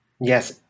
Yes